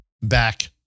back